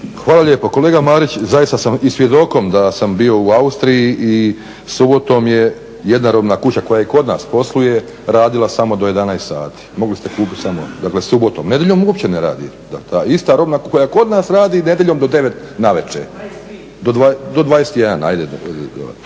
Hvala lijepo. Kolega Marić, zaista sam i svjedokom da sam bio u Austriji i subotom je jedna robna kuća koja je i kod nas posluje radila samo do 11 sati, mogli ste kupiti samo, nedjeljom dakle uopće ne radi, dakle ta ista robna koja kod nas radi nedjeljom do 21 navečer. Plaća,